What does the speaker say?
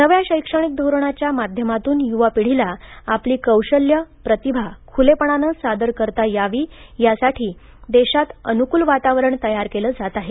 नव्या शैक्षणिक धोरणाच्या माध्यमातून युवा पिढीला आपली कौशल्य प्रतिभा खुलेपणानं सादर करता यावी यासाठी देशात अनुकूल वातावरण तयार केलं जात आहे